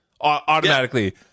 automatically